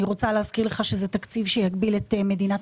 אני רוצה להזכיר לך שזה תקציב שיגביל את מדינת